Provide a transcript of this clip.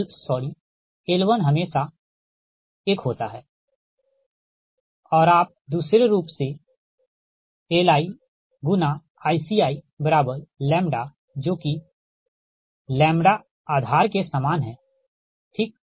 और L1 हमेशा 1 होता है और आप दूसरे रूप से Li×ICiλ जो कि आधार के सामान है ठीक है